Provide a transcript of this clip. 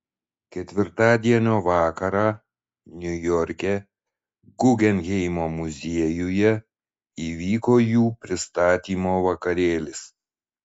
ketvirtadienio vakarą niujorke guggenheimo muziejuje įvyko jų pristatymo vakarėlis